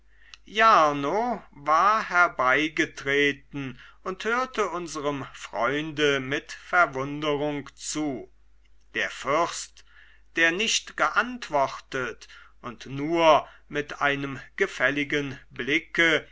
jarno war herbeigetreten und hörte unserem freunde mit verwunderung zu der fürst der nicht geantwortet und nur mit einem gefälligen blicke